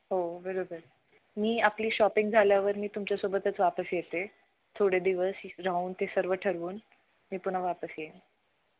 हो बरोबर मी आपली शॉपिंग झाल्यावर मी तुमच्यासोबतच वापस येते थोडे दिवस राहून ते सर्व ठरवून मी पुन्हा वापस येईन